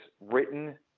written